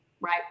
Right